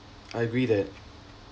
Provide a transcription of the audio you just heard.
I agree that